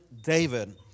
David